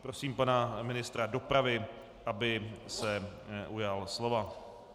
Prosím pana ministra dopravy, aby se ujal slova.